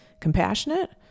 compassionate